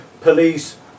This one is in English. police